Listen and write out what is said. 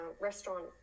restaurant